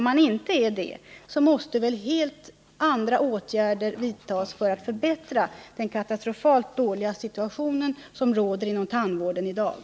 Om man inte är det, måste väl helt andra åtgärder vidtas för att förbättra den katastrofalt dåliga situation som råder inom tandvården i dag?